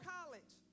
College